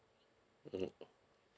mmhmm